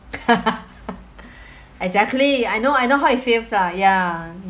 exactly I know I know how it feels lah ya